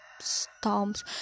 storms